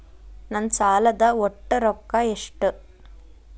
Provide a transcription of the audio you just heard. ನನ್ನ ಸಾಲದ ಒಟ್ಟ ರೊಕ್ಕ ಎಷ್ಟು?